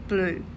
Blue